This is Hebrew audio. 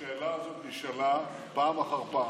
השאלה הזו נשאלה פעם אחר פעם.